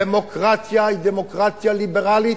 דמוקרטיה היא דמוקרטיה ליברלית,